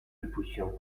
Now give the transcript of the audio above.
infusión